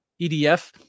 EDF